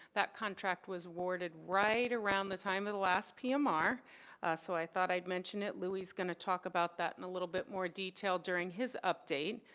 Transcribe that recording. that contract was awarded right around the time of the last pmr. so i thought i'd mention it, louie will talk about that in a little bit more detail during his update.